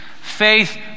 Faith